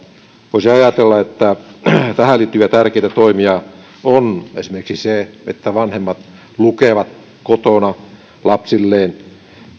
voisi ajatella että tähän liittyviä tärkeitä toimia on esimerkiksi se että vanhemmat lukevat kotona lapsilleen